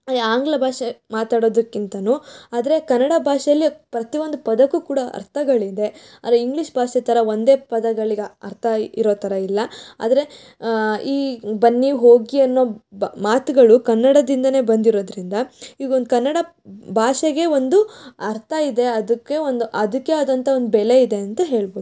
ಆಂಗ್ಲ ಭಾಷೆ ಮಾತಾಡೋದಕ್ಕಿಂತಲೂ ಆದರೆ ಕನ್ನಡ ಭಾಷೆಯಲ್ಲಿ ಪ್ರತಿಒಂದು ಪದಕ್ಕೂ ಕೂಡ ಅರ್ಥಗಳಿದೆ ಆದರೆ ಇಂಗ್ಲೀಷ್ ಭಾಷೆ ಥರ ಒಂದೇ ಪದಗಳಿಗೆ ಅರ್ಥ ಇರೋ ಥರ ಇಲ್ಲ ಆದರೆ ಈ ಬನ್ನಿ ಹೋಗಿ ಅನ್ನೋ ಬ ಮಾತುಗಳು ಕನ್ನಡದಿಂದಲೇ ಬಂದಿರೋದರಿಂದ ಈಗೊಂದು ಕನ್ನಡ ಭಾಷೆಗೆ ಒಂದು ಅರ್ಥ ಇದೆ ಅದಕ್ಕೆ ಒಂದು ಅದಕ್ಕೇ ಆದಂಥ ಒಂದು ಬೆಲೆ ಇದೆ ಅಂತ ಹೇಳ್ಬೋದು